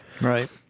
Right